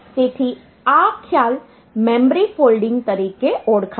તેથી આ ખ્યાલ મેમરી ફોલ્ડિંગ તરીકે ઓળખાય છે